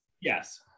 yes